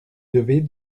devez